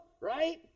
Right